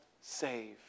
save